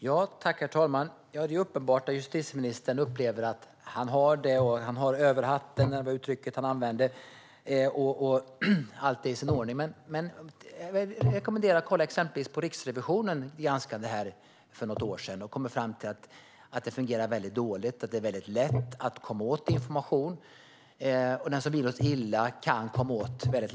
Herr talman! Det är uppenbart att justitieministern upplever att detta handlar om en "överhatt", som var det uttryck han använde, och att allt är i sin ordning. Men jag rekommenderar honom att kolla på exempelvis Riksrevisionens granskning, som gjordes häromåret. Där kom man fram till att det fungerade väldigt dåligt och att det är väldigt lätt att komma åt information. Den som vill oss illa kan lätt komma åt den.